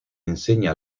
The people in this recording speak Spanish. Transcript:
enseña